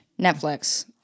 netflix